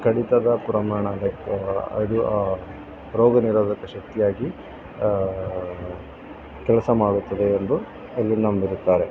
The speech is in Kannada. ಕಡಿತದ ಪ್ರಮಾಣ ಲೈಕ್ ಅದು ರೋಗ ನಿರೋಧಕ ಶಕ್ತಿಯಾಗಿ ಕೆಲಸ ಮಾಡುತ್ತದೆ ಎಂದು ಇಲ್ಲಿ ನಂಬಿರುತ್ತಾರೆ